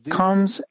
comes